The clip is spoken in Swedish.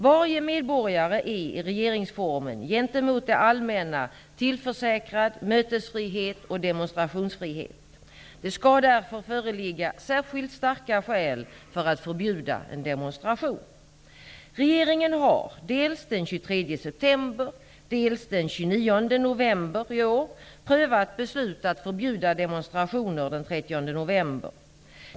Varje medborgare är i regeringsformen gentemot det allmänna tillförsäkrad mötesfrihet och demonstrationsfrihet. Det skall därför föreligga särskilt starka skäl för att förbjuda en demonstration. november i år prövat beslut att förbjuda demonstrationer den 30 november.